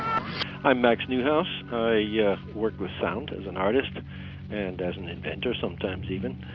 i'm max neuhaus. i yeah work with sound as an artist and as an inventor sometimes even.